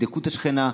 תבדקו את השכנה,